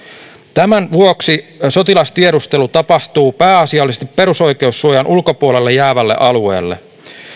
tämän vuoksi sotilastiedustelu tapahtuu pääasiallisesti perussoikeussuojan ulkopuolelle jäävällä alueella